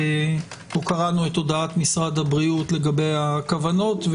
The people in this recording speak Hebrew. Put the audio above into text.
קראנו את הודעת משרד הבריאות לגבי הכוונות.